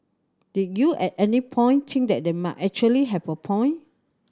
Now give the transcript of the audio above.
did you at any point think that they might actually have a point